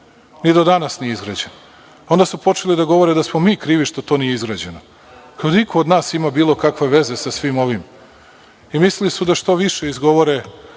ni do danas nije izgrađen. Onda su počeli da govore da smo mi krivi što to nije izgrađeno, da iko od nas ima bilo kakve veze sa svim ovim. Mislili su da što više izgovore